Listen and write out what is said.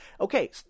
Okay